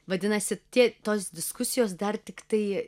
vadinasi tie tos diskusijos dar tiktai